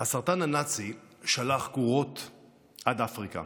הסרטן הנאצי שלח גרורות עד אפריקה.